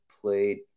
played